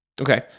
okay